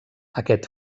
aquest